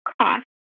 cost